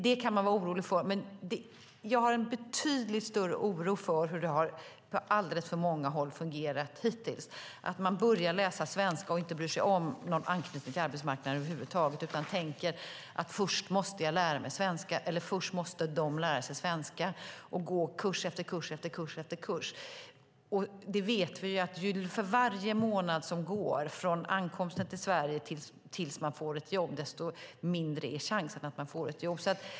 Det kan man vara orolig för, men jag har en betydligt större oro för hur det har fungerat hittills på alldeles för många håll, där man inte bryr sig om någon anknytning till arbetsmarknaden över huvud taget utan tänker att de måste lära sig svenska först. De går kurs efter kurs, och vi vet att för varje månad som går efter ankomsten till Sverige minskar chansen att de får ett jobb.